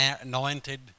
anointed